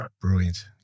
brilliant